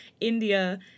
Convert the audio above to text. India